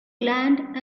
land